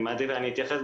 אני אתייחס,